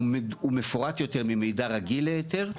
הוא מפורט יותר ממידע רגיל להיתר.